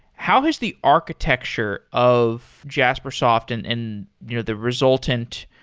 how has the architecture of jaspersoft and and you know the resultant,